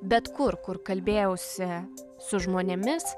bet kur kur kalbėjausi su žmonėmis